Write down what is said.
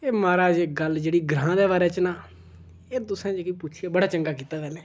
एह् माराज गल्ल जेह्ड़ी ग्रांऽ दे बारे च ना एह् तुसें जेह्की पुच्छी ऐ बड़ा चंगा कीता पैह्लें